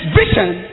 vision